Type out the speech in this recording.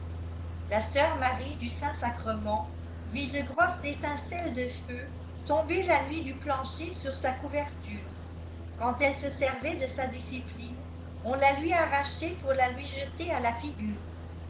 la sœur marie du saint-sacrement vit de grosses étincelles de feu tomber la nuit du plancher sur sa couverture quand elle se servait de sa discipline on la jui arrachait pour la lui jeter b la figure